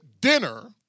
dinner